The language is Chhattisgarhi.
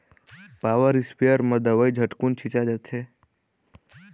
पॉवर इस्पेयर म दवई झटकुन छिंचा जाथे